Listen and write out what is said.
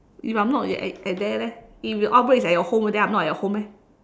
if I'm not at at there leh if the outbreak is at your home then I'm not at your home eh